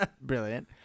Brilliant